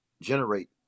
generate